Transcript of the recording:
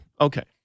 Okay